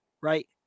right